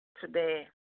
today